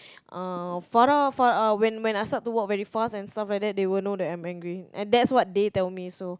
uh Farah Farah when when I start to work very fast and stuff like that they will know that I'm angry and that's what they tell me so